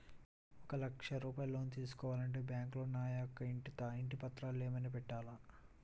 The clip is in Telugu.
ఒక లక్ష రూపాయలు లోన్ తీసుకోవాలి అంటే బ్యాంకులో నా యొక్క ఇంటి పత్రాలు ఏమైనా పెట్టాలా?